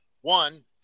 One